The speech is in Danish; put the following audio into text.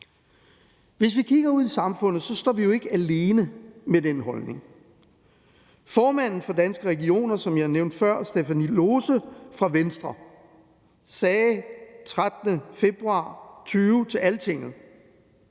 Hvis man kigger ud i samfundet, står vi jo ikke alene med den holdning. Formanden for Danske Regioner, Stephanie Lose fra Venstre, som jeg nævnte før, sagde den 13. februar 2020 til Altinget: